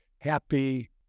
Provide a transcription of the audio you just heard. happy